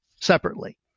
separately